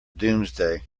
doomsday